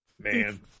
Man